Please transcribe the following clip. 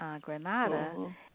Granada